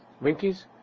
Winkies